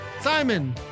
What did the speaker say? Simon